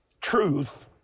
Truth